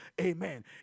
Amen